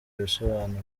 ibisobanuro